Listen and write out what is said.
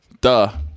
Duh